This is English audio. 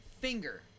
finger